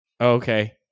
Okay